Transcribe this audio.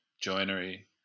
joinery